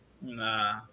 nah